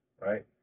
right